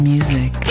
Music